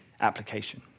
application